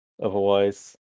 otherwise